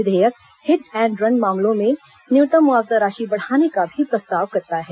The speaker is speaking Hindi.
विधेयक हिट एण्ड रन मामलों में न्यूनतम मुआवजा राशि बढ़ाने का भी प्रस्ताव करता है